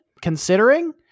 considering